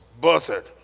birthed